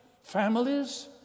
families